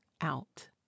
out